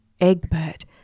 Egbert